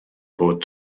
fod